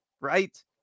Right